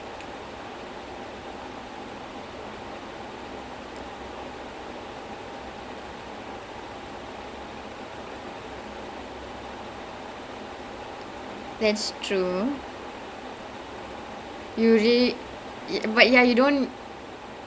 no but I felt bad for like the actors you know like not like actors themselves it's a very hard existence for them and ஏனா அவங்களுக்கு:yaenaa avangalakku they don't know when it's their next big gig gonna be but then if you're acting in game of thrones you know that உன்னோட வாழ்க்க உன்னோட கைலயே இல்ல:unnoda vazhlkka unnoda kailayae illa